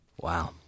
Wow